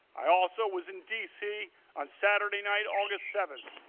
i also was in dc on saturday night august seven,